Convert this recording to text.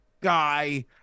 guy